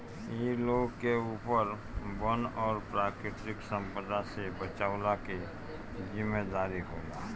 इ लोग के ऊपर वन और प्राकृतिक संपदा से बचवला के जिम्मेदारी होला